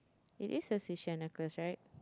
it is a sea shell necklace right